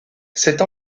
cette